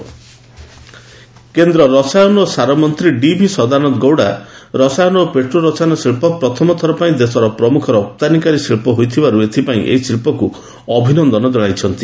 Gowda export କେନ୍ଦ୍ର ରସାୟନ ଓ ସାର ମନ୍ତ୍ରୀ ଡିଭି ସଦାନନ୍ଦ ଗୌଡ଼ା ରସାୟନ ଓ ପେଟ୍ରୋ ରସାୟନ ଶିଳ୍ପ ପ୍ରଥମ ଥର ପାଇଁ ଦେଶର ପ୍ରମ୍ରଖ ରପ୍ତାନିକାରୀ ଶିଳ୍ପ ହୋଇଥିବାର୍ ଏଥିପାଇଁ ଏହି ଶିଳ୍ପକ୍ ଅଭିନନ୍ଦନ ଜଣାଇଛନ୍ତି